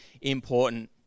important